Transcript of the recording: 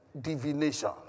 Divination